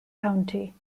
county